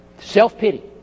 Self-pity